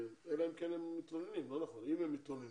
אלא אם כן הם מתלוננים, אבל אם הם מתלוננים